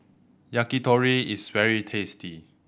yakitori is very tasty